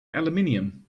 aluminium